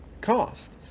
cost